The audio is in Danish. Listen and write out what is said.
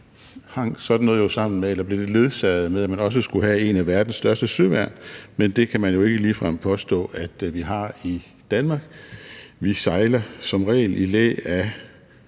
noget jo ledsaget af, at man også skulle have et af verdens største søværn, men det kan man jo ikke ligefrem påstå at vi har i Danmark. Vi sejler som regel i læ af